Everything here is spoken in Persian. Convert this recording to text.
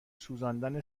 سوزاندن